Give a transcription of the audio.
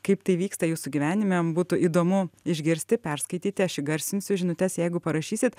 kaip tai vyksta jūsų gyvenime būtų įdomu išgirsti perskaityti aš įgarsinsiu žinutes jeigu parašysit